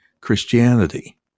Christianity